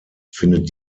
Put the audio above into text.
findet